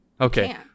Okay